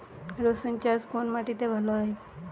রুসুন চাষ কোন মাটিতে ভালো হয়?